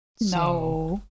No